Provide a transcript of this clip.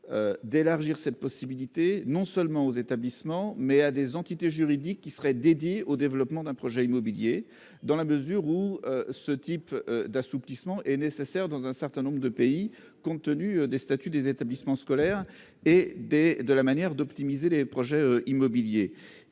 à élargir cette possibilité non seulement aux établissements, mais aussi à des entités juridiques qui seraient dédiées au développement d'un projet immobilier. Un tel assouplissement est nécessaire dans certains pays, compte tenu des statuts des établissements scolaires et de la manière d'optimiser les projets immobiliers.